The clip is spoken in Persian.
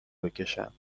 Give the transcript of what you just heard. بکشم